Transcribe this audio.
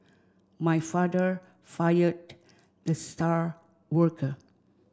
my father fired the star worker